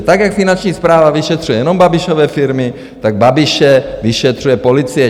Tak jak Finanční správa vyšetřuje jenom Babišovy firmy, tak Babiše vyšetřuje policie.